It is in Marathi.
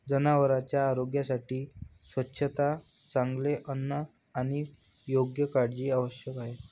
जनावरांच्या आरोग्यासाठी स्वच्छता, चांगले अन्न आणि योग्य काळजी आवश्यक आहे